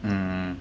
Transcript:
mm